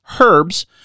herbs